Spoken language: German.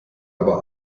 aber